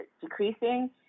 decreasing